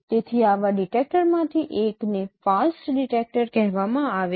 તેથી આવા ડિટેક્ટરમાંથી એકને FAST ડિટેક્ટર કહેવામાં આવે છે